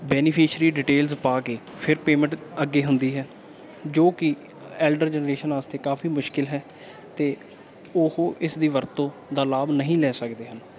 beneficiary details ਪਾ ਕੇ ਫਿਰ ਪੇਮੈਂਟ ਅੱਗੇ ਹੁੰਦੀ ਹੈ ਜੋ ਕਿ ਐਲਡਰ ਜਨਰੇਸ਼ਨ ਵਾਸਤੇ ਕਾਫ਼ੀ ਮੁਸ਼ਕਿਲ ਹੈ ਅਤੇ ਉਹ ਇਸ ਦੀ ਵਰਤੋਂ ਦਾ ਲਾਭ ਨਹੀਂ ਲੈ ਸਕਦੇ ਹਨ